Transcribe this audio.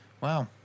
Wow